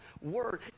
word